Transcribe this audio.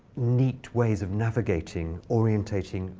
neat ways of navigating, orientating,